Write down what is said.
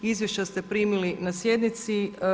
Izvješća ste primili na sjednici.